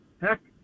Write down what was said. heck